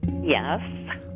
Yes